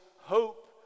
hope